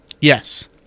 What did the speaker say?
Yes